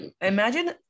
imagine